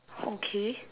okay